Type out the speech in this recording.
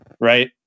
right